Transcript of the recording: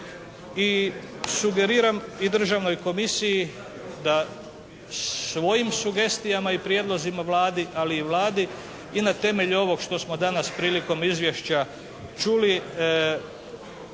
I sugeriram i Državnoj komisiji da svojim sugestijama i prijedlozima Vladi ali i Vladi i na temelju ovog što smo danas prilikom izvješća čuli